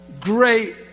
Great